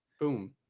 boom